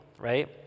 right